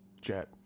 jet